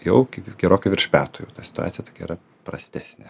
jau kaip ir gerokai virš metų jau ta situacija tokia yra prastesnė